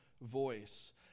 voice